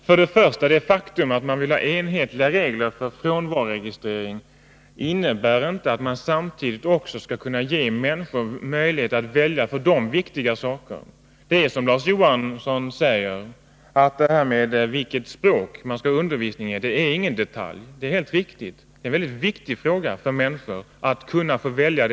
Herr talman! Det faktum att man vill ha enhetliga regler för frånvaroregistrering innebär inte att man samtidigt skall kunna ge människor möjlighet att välja för dem viktiga saker. Det är som Larz Johansson säger, att frågan om vilket språk man skall få undervisning i inte är någon detalj, utan det är viktigt för människor att få möjlighet att välja.